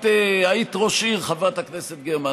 את היית ראשת עיר, חברת הכנסת גרמן.